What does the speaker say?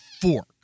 fork